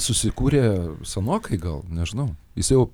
susikūrė senokai gal nežinau jis jau